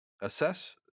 assess